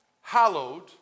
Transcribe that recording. hallowed